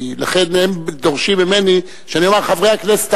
לכן הם דורשים ממני שאני אומר "חברי הכנסת